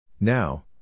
Now